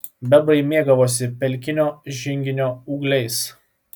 bebrai mėgavosi pelkinio žinginio ūgliais